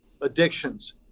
addictions